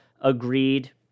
agreed